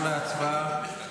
חבורה של כלומניקים.